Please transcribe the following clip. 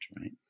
right